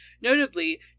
Notably